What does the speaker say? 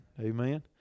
Amen